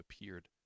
appeared